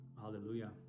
Hallelujah